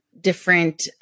different